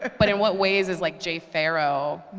but in what way is is like jay pharoah,